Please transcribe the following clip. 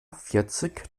vierzig